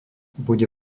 bude